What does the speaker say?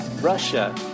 Russia